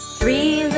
Three